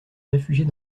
réfugier